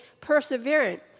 perseverance